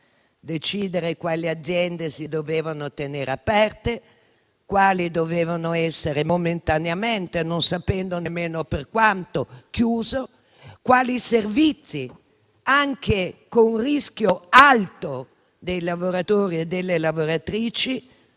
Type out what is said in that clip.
Decidere quali aziende si dovevano tenere aperte, quali dovevano essere momentaneamente chiuse, non sapendo nemmeno per quanto, quali servizi, anche con un rischio alto dei lavoratori e delle lavoratrici